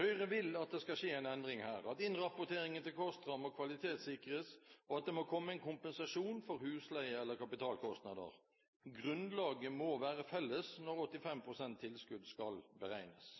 Høyre vil at det skal skje en endring her, at innrapporteringen til KOSTRA må kvalitetssikres, og at det må komme en kompensasjon for husleie eller kapitalkostnader. Grunnlaget må være felles når 85 pst. tilskudd skal beregnes!